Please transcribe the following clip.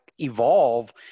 Evolve